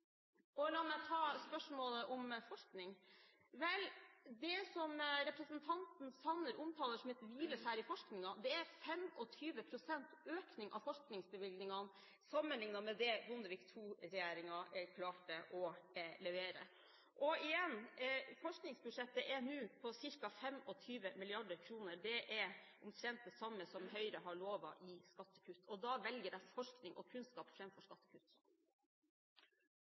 II-regjeringen? La meg ta spørsmålet om forskning. Det som representanten Sanner omtaler som «et hvileskjær» i forskningen, er en 25 pst. økning av forskningsbevilgningene sammenlignet med det Bondevik II-regjeringen klarte å levere. Igjen: Forskningsbudsjettet er nå på ca. 25 mrd. kr. Det er omtrent det samme som Høyre har lovet i skattekutt. Da velger jeg forskning og kunnskap framfor skattekutt.